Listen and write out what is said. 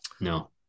No